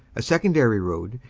a secondary road,